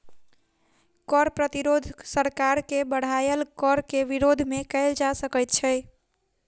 कर प्रतिरोध सरकार के बढ़ायल कर के विरोध मे कयल जा सकैत छै